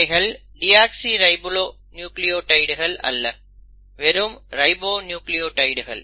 இவைகள் டிஆக்ஸிரைபோநியூக்ளியோடைடுகள் அல்ல வெறும் ரைபோநியூக்ளியோடைடுகள்